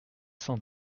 cent